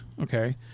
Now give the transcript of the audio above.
Okay